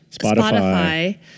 Spotify